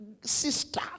sister